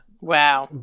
Wow